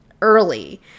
early